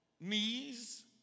Knees